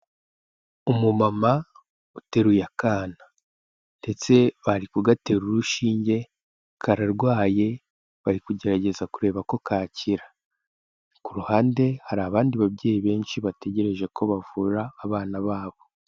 Umumama uteruye akana ndetse bari kugatera urushinge kararwaye bari kugerageza kureba ko kakira. Kuruhande hari abandi babyeyi benshi bategereje ko bavura abana babo.